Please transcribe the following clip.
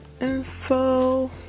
info